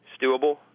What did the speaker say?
stewable